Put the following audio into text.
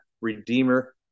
Redeemer